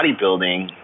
bodybuilding